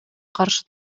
каршы